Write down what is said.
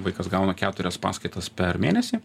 vaikas gauna keturias paskaitas per mėnesį